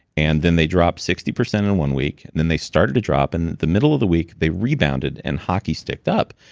and then, they dropped sixty percent in one week and then they started to drop, and in the middle of the week, they rebounded and hockey-sticked up,